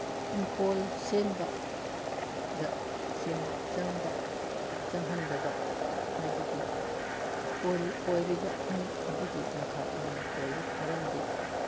ꯏꯪꯈꯣꯜ ꯁꯦꯝꯕꯗ ꯁꯦꯟ ꯆꯪꯕ ꯆꯪꯍꯟꯗꯕ ꯍꯥꯏꯕꯗꯤ ꯀꯣꯏꯔꯤꯕ ꯃꯤ ꯑꯗꯨꯒꯤ ꯃꯈꯥ ꯌꯥꯝꯅ ꯄꯣꯜꯂꯤ ꯃꯔꯝꯗꯤ